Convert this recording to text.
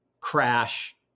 crash